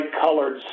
colored